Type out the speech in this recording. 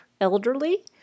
elderly